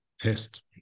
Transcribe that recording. test